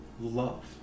love